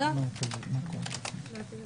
בבקשה.